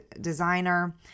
designer